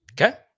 okay